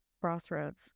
crossroads